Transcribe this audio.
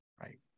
Right